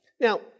Now